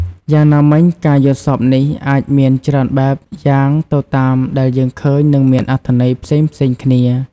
យ៉ាងណាមិញ ការយល់សប្តិនេះអាចមានច្រើនបែបយ៉ាងទៅតាមដែលយើងឃើញនឹងមានអត្ថន័យផ្សេងៗគ្នា។